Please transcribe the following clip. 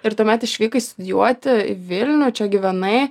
ir tuomet išvykai studijuoti į vilnių čia gyvenai